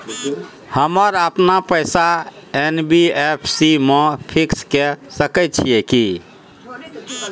हम अपन पैसा एन.बी.एफ.सी म फिक्स के सके छियै की?